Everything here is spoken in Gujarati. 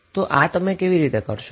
તો આ તમે કેવી રીતે કરશો